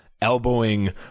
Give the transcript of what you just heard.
elbowing